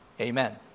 Amen